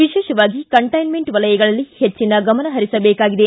ವಿಶೇಷವಾಗಿ ಕಂಟೈನ್ಲೆಂಟ್ ವಲಯಗಳಲ್ಲಿ ಹೆಚ್ಚಿನ ಗಮನ ಹರಿಸಬೇಕಾಗಿದೆ